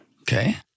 Okay